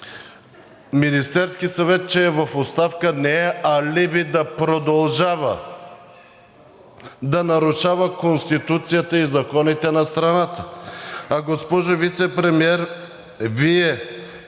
Министерският съвет, че е в оставка, не е алиби да продължава да нарушава Конституцията и законите на страната. А, госпожо Вицепремиер, Вие